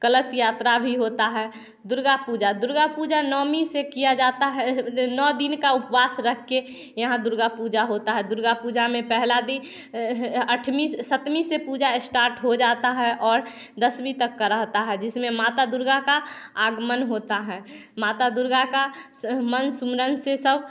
कलश यात्रा भी होता है दुर्गा पूजा दुर्गा पूजा नवमी से किया जाता है नौ दिन का उपवास रखके यहाँ दुर्गा पूजा होता है दुर्गा पूजा में पहला दिन आठवीं से सतमी से पूजा स्टार्ट हो जाता है और दसवीं तक का रहता है जिसमें माता दुर्गा का आगमन होता है माता दुर्गा का मन सुमरन से सब